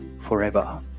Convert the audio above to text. forever